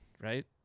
right